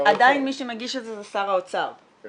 עדיין מי שמגיש את זה זה שר האוצר כן?